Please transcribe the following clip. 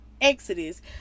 exodus